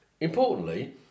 Importantly